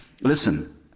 Listen